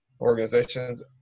organizations